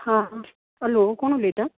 hello आं hello कोण उलयता